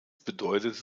bedeutet